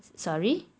sorry